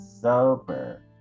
sober